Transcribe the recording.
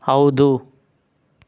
ಹೌದು